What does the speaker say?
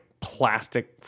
plastic